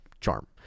Charm